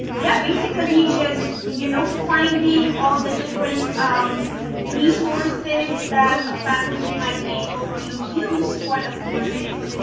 yeah. basically just you know finding all the different resources that a faculty might be able to use for the courses.